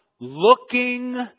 looking